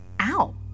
Ow